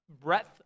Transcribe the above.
breadth